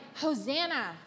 Hosanna